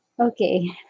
Okay